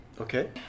Okay